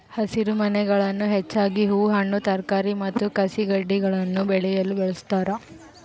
ಹಸಿರುಮನೆಗಳನ್ನು ಹೆಚ್ಚಾಗಿ ಹೂ ಹಣ್ಣು ತರಕಾರಿ ಮತ್ತು ಕಸಿಗಿಡಗುಳ್ನ ಬೆಳೆಯಲು ಬಳಸ್ತಾರ